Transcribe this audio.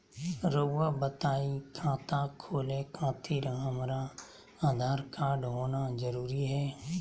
रउआ बताई खाता खोले खातिर हमरा आधार कार्ड होना जरूरी है?